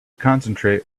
concentrate